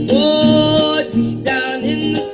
oh, deep down in